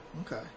okay